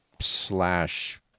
slash